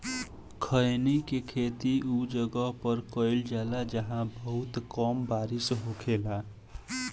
खईनी के खेती उ जगह पर कईल जाला जाहां बहुत कम बारिश होखेला